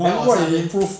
but I know what you improve